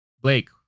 Blake